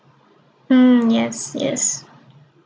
mm yes yes